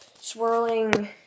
swirling